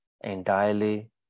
entirely